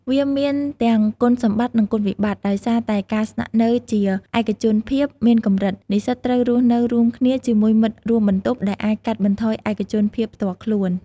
វាមានទាំងគុណសម្បត្តិនិងគុណវិប្បត្តិដោយសារតែការស្នាក់នៅជាឯកជនភាពមានកម្រិត និស្សិតត្រូវរស់នៅរួមគ្នាជាមួយមិត្តរួមបន្ទប់ ដែលអាចកាត់បន្ថយឯកជនភាពផ្ទាល់ខ្លួន។